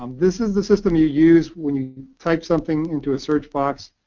um this is the system you use when you type something into a search box.